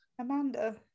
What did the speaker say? amanda